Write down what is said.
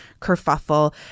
kerfuffle